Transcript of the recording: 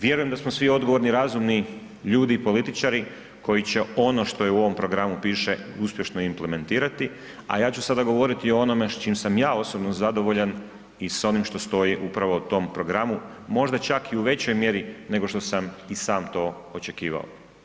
Vjerujem da smo svi odgovorni i razumni ljudi i političari koji će ono što je u ovom programu piše uspješno implementirati, a ja ću sada govoriti o onome s čim sam ja osobno zadovoljan i s onim što stoji upravo u tom programu, možda čak i u većoj mjeri nego što sam i sam to očekivao.